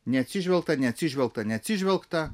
neatsižvelgta neatsižvelgta neatsižvelgta